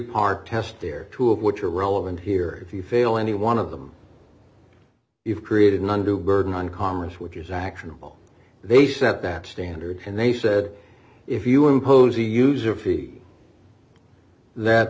part test there two of which are relevant here if you fail any one of them you've created an undue burden on commerce which is actionable they set that standard and they said if you impose a user fee that